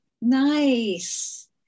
Nice